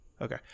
Okay